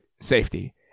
safety